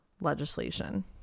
legislation